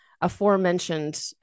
aforementioned